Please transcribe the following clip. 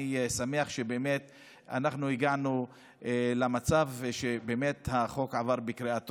אני שמח שהגענו למצב שהחוק עבר בקריאה טרומית,